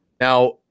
Now